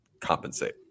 compensate